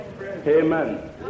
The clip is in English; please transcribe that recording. Amen